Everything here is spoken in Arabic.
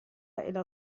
إلى